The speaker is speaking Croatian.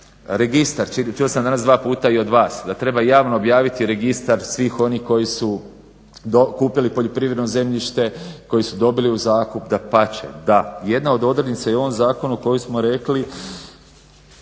Registar, čuo sam danas dva puta i od vas da treba javno objaviti registar svih onih koji su kupili poljoprivredno zemljište, koji su dobili u zakup. Dapače, da, jedna od odrednica i u ovom zakonu koju smo rekli